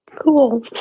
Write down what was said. Cool